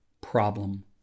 problem